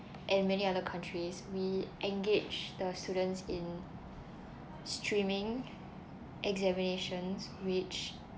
and many other countries we engage the students in streaming examinations which